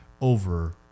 over